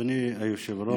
אדוני היושב-ראש,